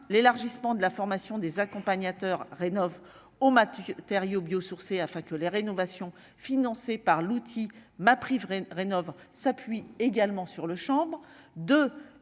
l'élargissement de la formation des accompagnateurs rénovent au Mathieu Thériault bio-sourcés afin que les rénovations financée par l'outil ma priverait rénovant s'appuie également sur le chambre